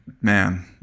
Man